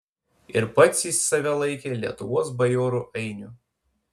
ir pats jis save laikė lietuvos bajorų ainiu